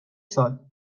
سال